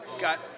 got